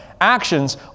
actions